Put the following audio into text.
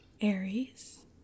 Aries